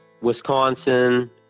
Wisconsin